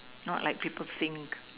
not like people think